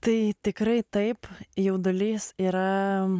tai tikrai taip jaudulys yra